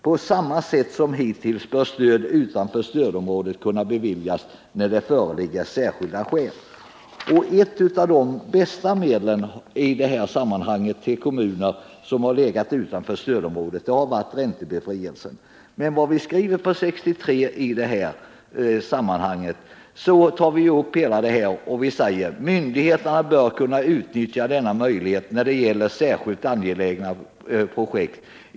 På samma sätt som hittills bör stöd utanför stödområdena kunna beviljas när det föreligger särskilda skäl.” Ett av de bästa medlen i detta sammanhang när det gäller kommuner som har legat utanför stödområdet har varit räntebefrielse. På s. 63 i utskottsbetänkandet tar vi upp hela denna fråga och säger: ”Myndigheterna bör kunna utnyttja denna möjlighet när det gäller särskilt angelägna projekt.